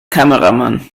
kameramann